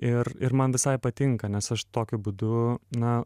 ir ir man visai patinka nes aš tokiu būdu na